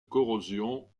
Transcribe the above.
corrosion